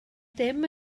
ddim